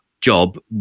job